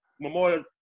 Memorial